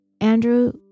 Andrew